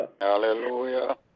hallelujah